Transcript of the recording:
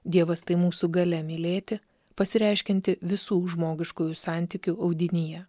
dievas tai mūsų galia mylėti pasireiškianti visų žmogiškųjų santykių audinyje